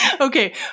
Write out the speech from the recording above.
Okay